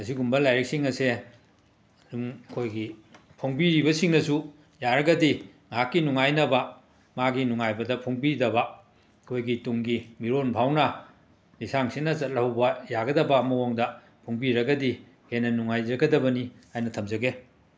ꯑꯁꯤꯒꯨꯝꯕ ꯂꯥꯏꯔꯤꯛꯁꯤꯡ ꯑꯁꯦ ꯑꯩꯈꯣꯏꯒꯤ ꯐꯣꯡꯕꯤꯔꯤꯕꯁꯤꯡꯅꯁꯨ ꯌꯥꯔꯒꯗꯤ ꯉꯍꯥꯛꯀꯤ ꯅꯨꯉꯥꯏꯅꯕ ꯃꯥꯒꯤ ꯅꯨꯉꯥꯏꯕꯗ ꯐꯣꯡꯕꯤꯗꯕ ꯑꯩꯈꯣꯏꯒꯤ ꯇꯨꯡꯒꯤ ꯃꯤꯔꯣꯟꯐꯥꯎꯅ ꯂꯤꯁꯥꯡ ꯁꯤꯠꯅ ꯆꯠꯍꯧꯕ ꯌꯥꯒꯗꯕ ꯃꯑꯣꯡꯗ ꯐꯣꯡꯕꯤꯔꯒꯗꯤ ꯍꯦꯟꯅ ꯅꯨꯉꯥꯏꯖꯒꯗꯕꯅꯤ ꯍꯥꯏꯅ ꯊꯝꯖꯒꯦ